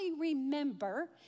remember